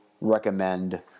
recommend